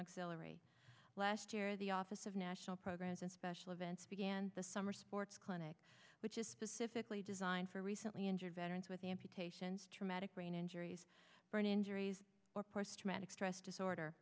auxilary last year the office of national programs and special events began the summer sports clinic which is specifically designed for recently injured veterans with amputations traumatic brain injuries brain injuries or post traumatic stress disorder